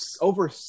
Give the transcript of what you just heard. Over